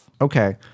okay